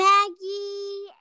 Maggie